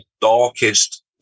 darkest